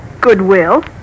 Goodwill